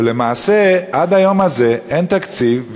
ולמעשה עד היום הזה אין תקציב,